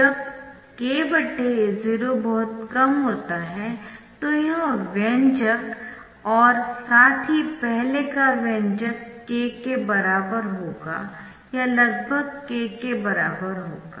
जब kA0 बहुत कम होता है तो यह व्यंजक और साथ ही पहले का व्यंजक k के बराबर होगा या लगभग k के बराबर होगा